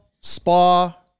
spa